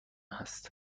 است